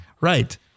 Right